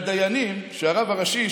מבקשים שהרב הראשי,